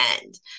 end